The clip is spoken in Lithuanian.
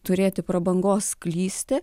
turėti prabangos klysti